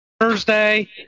thursday